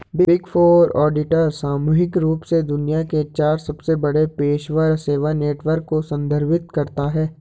big four auditor सामूहिक रूप से दुनिया के चार सबसे बड़े पेशेवर सेवा नेटवर्क को संदर्भित करता है